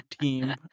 team